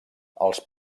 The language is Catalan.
els